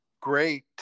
great